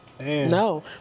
No